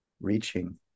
reaching